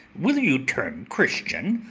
will you turn christian,